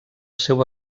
seu